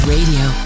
Radio